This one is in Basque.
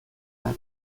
bat